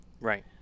Right